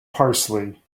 parsley